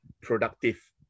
productive